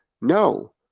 no